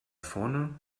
vorne